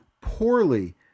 poorly